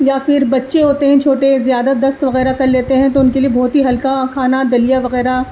یا پھر بچے ہوتے ہیں چھوٹے زیادہ دست وغیرہ کر لیتے ہیں تو ان کے لیے بہت ہی ہلکا کھانا دلیا وغیرہ